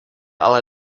ale